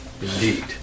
Indeed